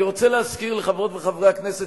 אני רוצה להזכיר לחברות וחברי הכנסת